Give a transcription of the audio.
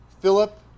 Philip